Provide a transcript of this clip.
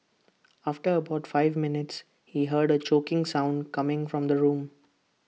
after about five minutes he heard A choking sound coming from the room